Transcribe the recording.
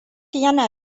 yana